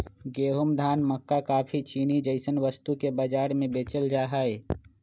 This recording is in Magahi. गेंहूं, धान, मक्का काफी, चीनी जैसन वस्तु के वस्तु बाजार में बेचल जा हई